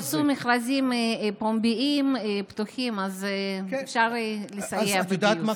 אם יצאו מכרזים פומביים פתוחים, אפשר לסייע בגיוס.